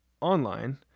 online